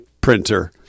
printer